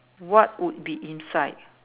what would be inside